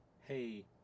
hey